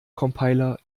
compiler